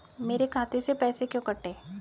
मेरे खाते से पैसे क्यों कटे?